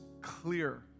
clear